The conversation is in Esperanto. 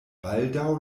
baldaŭ